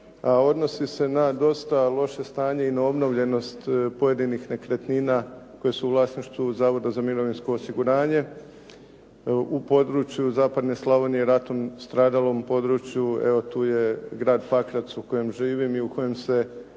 odnosi se na dosta loše stanje i na obnovljenost pojedinih nekretnina koje su u vlasništvu Zavoda za mirovinsko osiguranje u području zapadne Slavonije ratom stradalom području. Evo tu je grad Pakrac u kojem živim i u kojem se